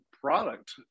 product